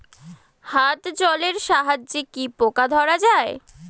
হাত জলের সাহায্যে কি পোকা ধরা যায়?